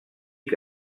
que